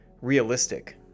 realistic